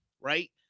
right